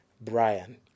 Brian